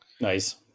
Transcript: Nice